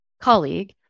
colleague